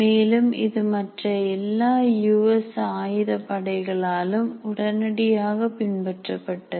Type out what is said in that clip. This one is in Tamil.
மேலும் இது மற்ற எல்லா யுஎஸ் ஆயுத படைகளாலும் உடனடியாக பின்பற்றப்பட்டது